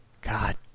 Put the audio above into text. God